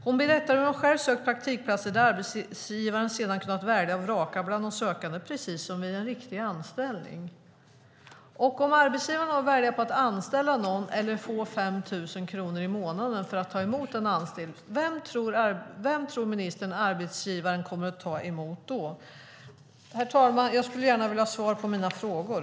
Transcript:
Hon berättar hur hon själv har sökt praktikplatser där arbetsgivaren sedan kunnat välja och vraka bland de sökande, precis som vid en riktig anställning. Om arbetsgivarna har att välja mellan att anställa någon och att få 5 000 kronor i månaden för att ta emot en person, vem tror ministern att arbetsgivaren då kommer att ta emot? Herr talman! Jag skulle gärna vilja ha svar på mina frågor.